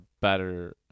better